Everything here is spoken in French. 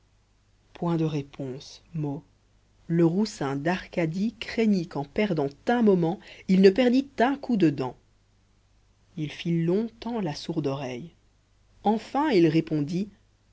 point de réponse mot le roussin d'arcadie craignit qu'en perdant un moment il ne perdît un coup de dent il fit longtemps la sourde oreille enfin il répondit